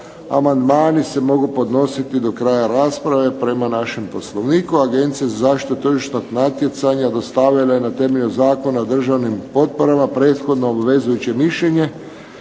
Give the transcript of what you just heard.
Amandmani se mogu podnositi do kraja rasprave prema našem Poslovniku. Agencija za zaštitu tržišnog natjecanja dostavila je na temelju Zakona o državnim potporama prethodno obvezujuće mišljenje